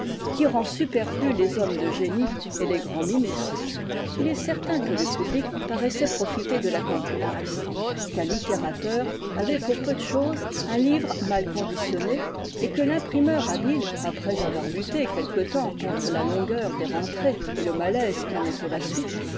qui rend superflus les hommes de génie et les grands ministres il est certain que le public paraissait profiter de la concurrence qu'un littérateur avait pour peu de chose un livre mal conditionné et que l'imprimeur habile après avoir lutté quelque temps contre la longueur des rentrées et le malaise qui en était la suite